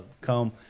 come